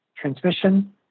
transmission